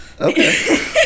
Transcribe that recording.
Okay